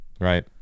right